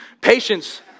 Patience